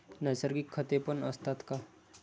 नैसर्गिक खतेपण असतात का?